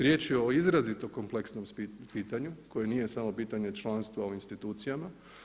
Riječ je o izrazito kompleksnom pitanju koje nije samo pitanje članstva u institucijama.